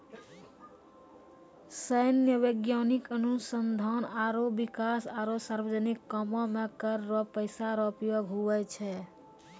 सैन्य, वैज्ञानिक अनुसंधान आरो बिकास आरो सार्वजनिक कामो मे कर रो पैसा रो उपयोग हुवै छै